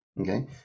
Okay